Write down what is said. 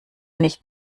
nicht